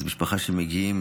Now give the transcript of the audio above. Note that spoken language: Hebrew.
אז זו משפחה שמגיעה,